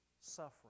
suffering